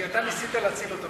כי אתה ניסית להציל אותם,